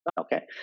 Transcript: Okay